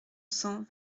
cents